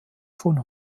von